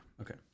Okay